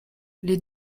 les